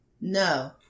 No